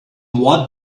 what